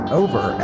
over